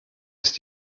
ist